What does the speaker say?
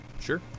sure